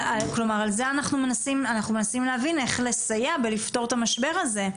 אנחנו מנסים להבין איך לסייע לפתור את המשבר הזה.